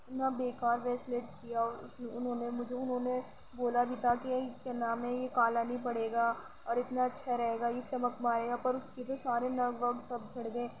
اتنا بیکار بریسلیٹ دیا اس انہوں نے مجھے انہوں نے بولا بھی تھا کہ کیا نام ہے یہ کالا نہیں پڑے گا اور اتنا اچھا رہے گا یہ چمک مارے گا پر اس کے تو سارے نگ وگ سب جھڑ گئے